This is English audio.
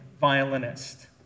violinist